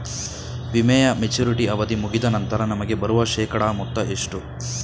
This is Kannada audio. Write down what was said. ವಿಮೆಯ ಮೆಚುರಿಟಿ ಅವಧಿ ಮುಗಿದ ನಂತರ ನಮಗೆ ಬರುವ ಶೇಕಡಾ ಮೊತ್ತ ಎಷ್ಟು?